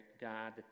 God